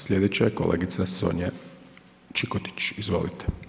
Sljedeća je kolegica Sonja Čikotić, izvolite.